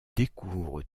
découvrent